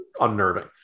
unnerving